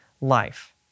life